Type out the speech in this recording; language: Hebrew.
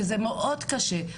שזה מאוד קשה.